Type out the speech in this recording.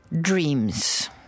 dreams